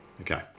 Okay